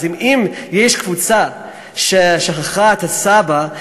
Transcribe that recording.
אז אם יש קבוצה ששכחה את הסבא,